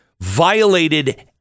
violated